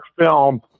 film